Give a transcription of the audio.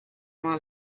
vingt